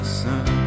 sun